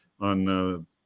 on